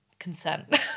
Consent